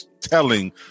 telling